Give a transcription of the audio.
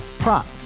Prop